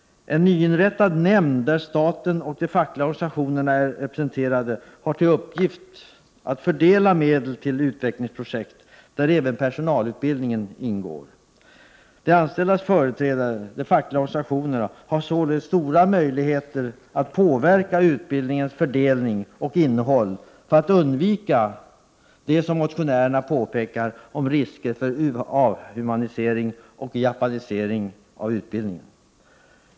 En nyinrättad nämnd, där staten och de fackliga organisationerna är representerade, har till uppgift att fördela medel till olika utvecklingsprojekt, där även personalutbildningen ingår. De anställdas företrädare — de fackliga organisationerna — har således stora möjligheter att påverka utbildningens fördelning och innehåll för att undvika det som motionärerna påpekar om risker för avhumanisering och ”japanisering” av utbildningen.